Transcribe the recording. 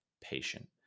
patient